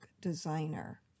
designer